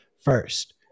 First